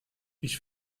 ich